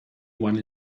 one